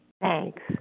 Thanks